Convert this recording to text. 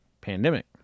pandemic